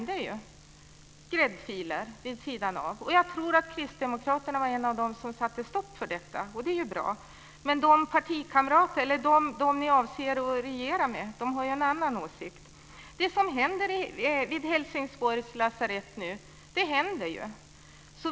Det var gräddfiler vid sidan av. Jag tror att Kristdemokraterna var med och satte stopp för detta, och det är ju bra. Men de som ni avser att regera med har ju en annan åsikt. Det som händer vid Helsingborgs lasarett händer ju.